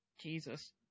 Jesus